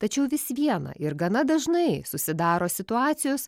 tačiau vis viena ir gana dažnai susidaro situacijos